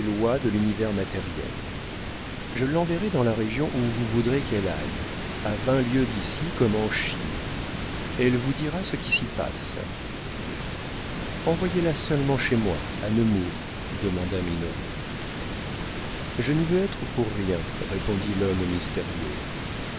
de l'univers matériel je l'enverrai dans la région où vous voudrez qu'elle aille a vingt lieues d'ici comme en chine elle vous dira ce qui s'y passe envoyez la seulement chez moi à nemours demanda minoret je n'y veux être pour rien répondit l'homme mystérieux